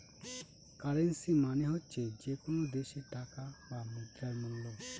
currency মানে হচ্ছে যে কোনো দেশের টাকা বা মুদ্রার মুল্য